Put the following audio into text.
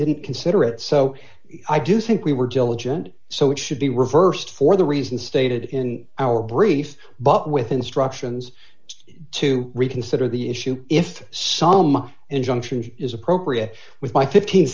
didn't consider it so i do think we were diligent so it should be reversed for the reason stated in our brief but with instructions to reconsider the issue if some injunction is appropriate with my fifteen